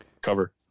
cover